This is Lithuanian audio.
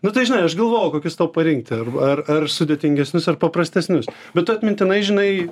nu tai žinai aš galvojau kokius tau parinkti ar ar ar sudėtingesnius ar paprastesnius bet tu atmintinai žinai